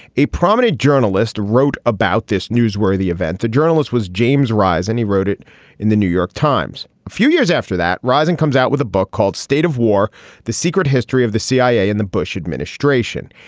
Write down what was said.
a prominent journalist wrote about this newsworthy event. the journalist was james ries and he wrote it in the new york times. a few years after that, rising comes out with a book called state of war the secret history of the cia and the bush administration.